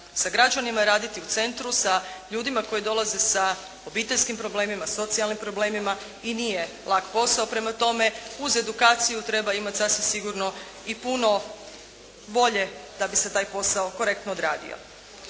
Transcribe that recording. sa građanima, raditi u centru sa ljudima koji dolaze s obiteljskim problemima, socijalnim problemima i nije lak posao. Prema tome, uz edukaciju treba imati sasvim sigurno i puno bolje da bi se taj posao korektno odradio.